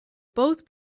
both